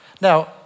Now